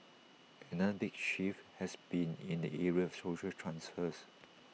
another big shift has been in the area of social transfers